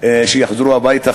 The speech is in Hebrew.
שיחזרו הביתה.